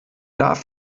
darf